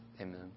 amen